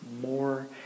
More